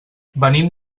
venim